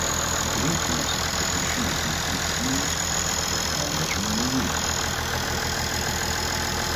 rinkimės kad mašinos liktų mašinomis o žmonės žmonėmis pataria